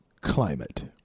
climate